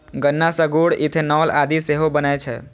गन्ना सं गुड़, इथेनॉल आदि सेहो बनै छै